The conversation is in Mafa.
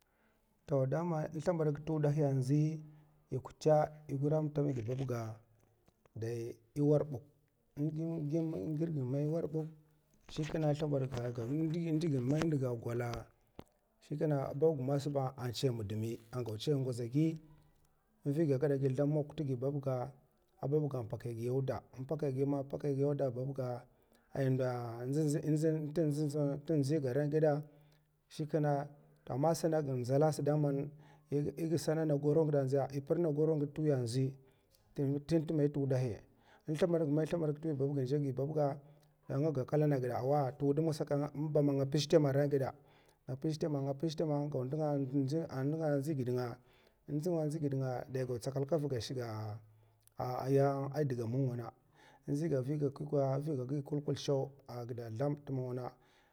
Toh dama nslabad ga t'wudahi an ndzi, yi kutè è gura mtamagi bab ga dai è war bkok ngirg mai war bkok sa shèkna n'ndig man è ndga gwala shikèna a bab mas ba n'chai mudumi, an chai ngwaza gid, nviga gada gi zlam mok tgi bab ga, a babga an pakai giyaw da, m'paka gi mana pakai giyaw da a bab ga nta a ran gèdè shikèna toh ma sa'ng nzalas dan èg sana'na goro gidè ndza è prir na goro gida nzdi tnt mai t'wudai, slabad ga mai slabad ka twi bab ga a nga ka klana gidè awa twudum ngsa ka nba man nga mpzè tèma ran gèda, nga mpzè tèma nga mpzè a nga ga n'dnga ndzi gèd nga daya gaw tsakal vuga è shigga aya dga mongona ndzga gi nvi kulkul chaw a gida zlam t'mongwana.